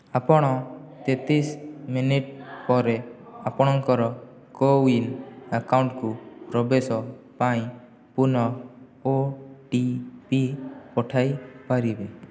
ଆପଣ ତେତିଶ ମିନିଟ୍ ପରେ ଆପଣଙ୍କର କୋୱିନ୍ ଆକାଉଣ୍ଟକୁ ପ୍ରବେଶ ପାଇଁ ପୁନଃ ଓ ଟି ପି ପଠାଇ ପାରିବେ